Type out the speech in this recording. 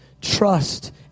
trust